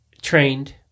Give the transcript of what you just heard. trained